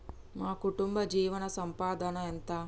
మా కుటుంబ జీవన సంపాదన ఎంత?